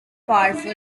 powerful